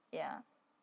ya